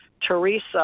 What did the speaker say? Teresa